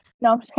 No